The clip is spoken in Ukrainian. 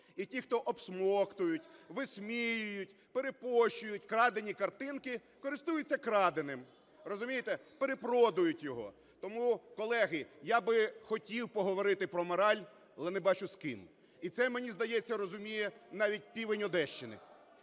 І ті, хто обсмоктують, висміюють, перепощують крадені картинки, користуються краденим, розумієте, перепродують його. Тому, колеги, я би хотів поговорити про мораль, але не бачу з ким, і це, мені здається, розуміє навіть півень Одещини.